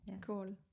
cool